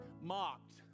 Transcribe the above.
mocked